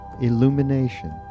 illumination